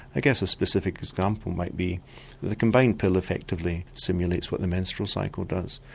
i guess a specific example might be the combined pill effectively simulates what the menstrual cycle does,